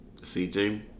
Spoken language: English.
CJ